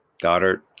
Goddard